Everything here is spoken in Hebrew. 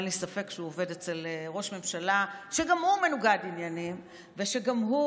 אין לי ספק שהוא עובד אצל ראש הממשלה, שגם הוא